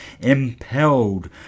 impelled